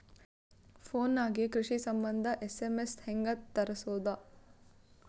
Phone ನಾಗೆ ಕೃಷಿ ಸಂಬಂಧ ಎಸ್.ಎಮ್.ಎಸ್ ಹೆಂಗ ತರಸೊದ?